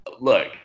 Look